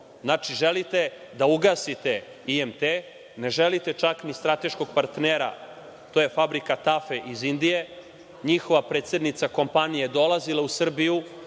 Znači, želite da ugasite IMT. Ne želite čak ni strateškog partnera, a to je fabrika „Tafe“ iz Indije. Njihova predsednica kompanije dolazila je u Srbiju